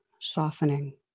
softening